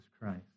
Christ